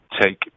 take